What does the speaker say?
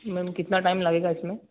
ma'am कितना time लगेगा इसमें